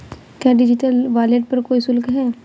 क्या digital wallet पर कोई शुल्क है?